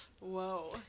Whoa